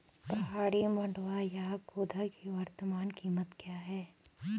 पहाड़ी मंडुवा या खोदा की वर्तमान कीमत क्या है?